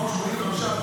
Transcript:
לגבי המרשמים,